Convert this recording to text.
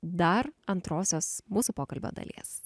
dar antrosios mūsų pokalbio dalies